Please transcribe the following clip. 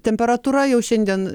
temperatūra jau šiandien